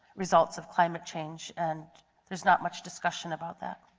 results of climate change and there is not much discussion about that.